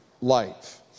life